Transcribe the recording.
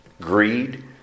greed